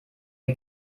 ihr